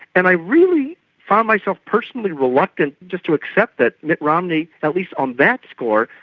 and i really found myself personally reluctant just to accept that mitt romney, at least on that score,